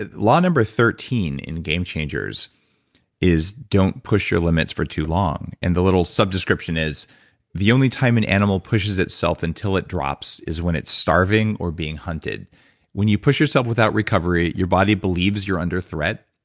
law number thirteen in game changers is don't push your limits for too long. and the little sub-description is the only time an animal pushes itself until it drops is when it's starving or being hunted when you push yourself without recovery. your body believes you're under threat.